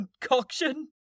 concoction